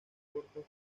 cortos